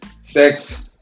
sex